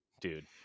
dude